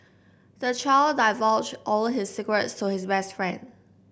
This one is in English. the child divulged all his secrets to his best friend